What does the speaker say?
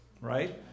right